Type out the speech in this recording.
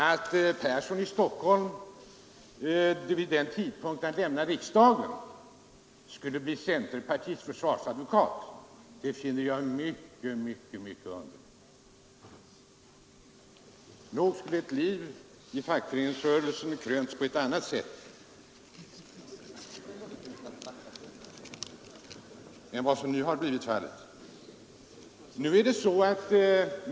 Att herr Persson vid en tidpunkt då han står i begrepp att lämna riksdagen blir centerpartiets försvarsadvokat finner jag mycket underligt. Nog borde ett liv i fackföreningens tjänst ha krönts på ett annat sätt!